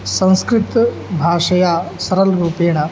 संस्कृतभाषया सरलरूपेण